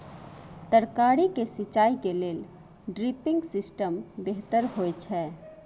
तरकारी के सिंचाई के लेल ड्रिपिंग सिस्टम बेहतर होए छै?